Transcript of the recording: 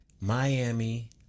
Miami